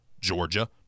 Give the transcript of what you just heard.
Georgia